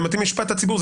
זה מתאים למשפט הציבור.